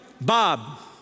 Bob